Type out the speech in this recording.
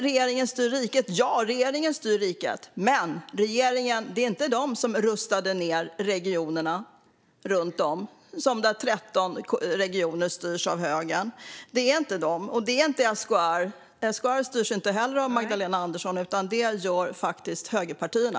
Regeringen styr riket, men det var inte den som rustade ned i de 13 regioner som styrs av högern. SKR styrs inte heller av Magdalena Andersson utan av högerpartierna.